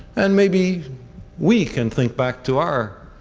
and maybe we can think back to our